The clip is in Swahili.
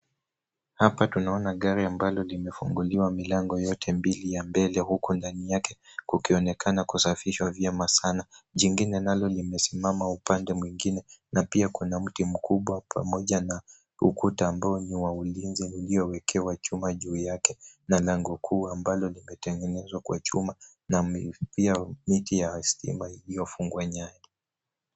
Hapa tunaona gari ambalo limefunguliwa milango yote mbili ya mbele huku ndani yake kukionekana kusafishwa vyema sana. Jingine nalo limesimama upande mwingine na pia kuna mti mkubwa pamoja na ukuta ambao ni wa ulinzi uliowekewa chuma juu yake na lango kuu ambalo limetengenezwa kwa chuma na miti ya stima iliyofungwa nyaya.